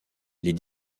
les